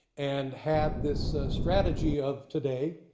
and had this strategy of today,